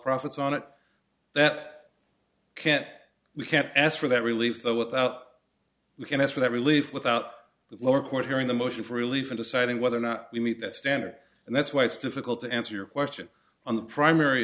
profits on it that can't we can't ask for that relief though without we can ask for that relief without the lower court hearing the motion for relief in deciding whether or not we meet that standard and that's why it's difficult to answer your question on the primary